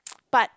but